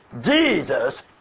Jesus